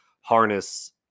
harness